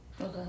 Okay